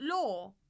law